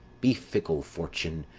be fickle, fortune,